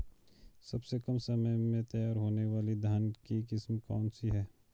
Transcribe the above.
सबसे कम समय में तैयार होने वाली धान की किस्म कौन सी है?